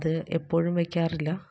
അത് എപ്പോഴും വയ്ക്കാറില്ല